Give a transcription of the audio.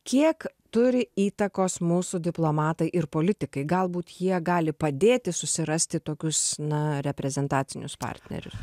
kiek turi įtakos mūsų diplomatai ir politikai galbūt jie gali padėti susirasti tokius na reprezentacinius partnerius